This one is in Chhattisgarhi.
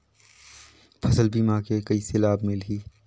फसल बीमा के कइसे लाभ मिलही?